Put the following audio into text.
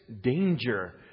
danger